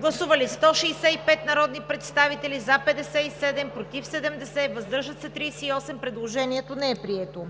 Гласували 112 народни представители: за 101, против 1, въздържали се 10. Предложението е прието.